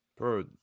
Bro